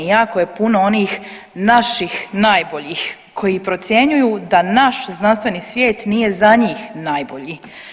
Jako je puno onih naših najboljih koji procjenjuju da naš znanstveni svijet nije za njih najbolji.